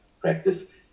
practice